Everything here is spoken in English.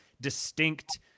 distinct